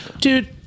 Dude